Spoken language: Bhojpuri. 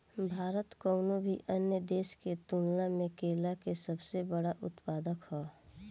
भारत कउनों भी अन्य देश के तुलना में केला के सबसे बड़ उत्पादक ह